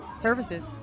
services